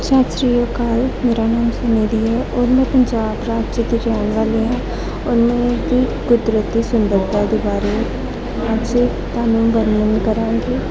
ਸਤਿ ਸ਼੍ਰੀ ਅਕਾਲ ਮੇਰਾ ਨਾਮ ਸੁਨਿਧੀ ਹੈ ਔਰ ਮੈਂ ਪੰਜਾਬ ਰਾਜ ਦੀ ਰਹਿਣ ਵਾਲੀ ਹਾਂ ਔਰ ਮੈਂ ਇਹਦੀ ਕੁਦਰਤ ਦੀ ਸੁੰਦਰਤਾ ਦੇ ਬਾਰੇ ਅੱਜ ਲਈ ਤੁਹਾਨੂੰ ਵਰਣਨ ਕਰਾਂਗੀ